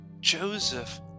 Joseph